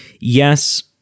yes